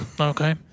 Okay